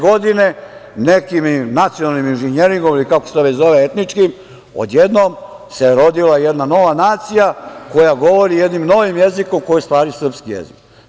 Godine 1993. nekim nacionalnim inženjeringom, ili kako se to već zove, etničkim, odjednom se rodila jedna nova nacija koja govori jednim novim jezikom, koji je u stvari srpski jezik.